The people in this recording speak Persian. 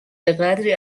بهقدری